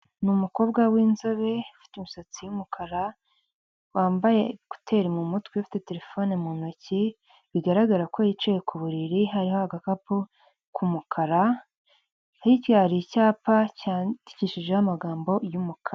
N’ umukobwa w’ inzobe ufite umusatsi w’ umukara wambaye kuteri mu mutwe ufite terefone mu ntoki, bigaragara ko yicaye ku buriri hariho agakapu k'umukara, hirya hari icyapa cyandikishijeho amagambo y’umukara.